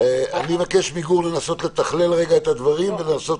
מבקש מגור לנסות לתכלל רגע את הדברים.